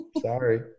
Sorry